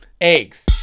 eggs